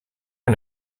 are